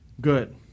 good